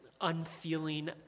unfeeling